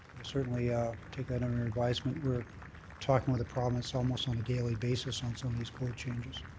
certainly ah take that under advisement. we're talking to the province almost on a daily basis on some of these code changes.